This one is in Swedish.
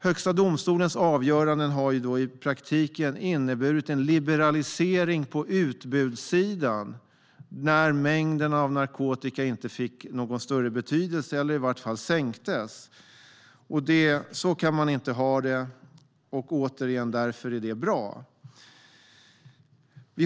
Högsta domstolens avgöranden har i praktiken inneburit en liberalisering på utbudssidan när mängden narkotika inte fick någon större betydelse eller straffen i vart fall sänktes. Så kan man inte ha det. Därför är återigen förslaget bra.